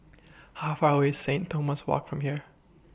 How Far away Saint Thomas Walk from here